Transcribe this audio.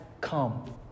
come